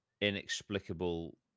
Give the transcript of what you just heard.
inexplicable